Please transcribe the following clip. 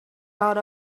lot